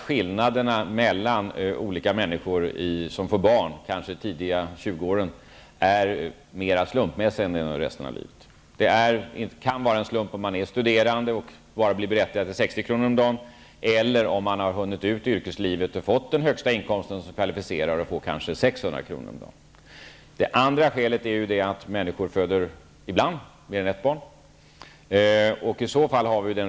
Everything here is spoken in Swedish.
Skillnaden mellan olika människor som får barn tidigt, kanske i tjugoårsåldern, är mera slumpmässig än skillnaden under resten av livet. Det är en slump om man är studerande och bara blir berättigad till 60 kr. om dagen eller om man har hunnit ut i yrkeslivet och fått den högsta inkomsten som kvalificerar en till 600 kr. om dagen. Dessutom föder människor ibland mer än ett barn.